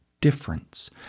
difference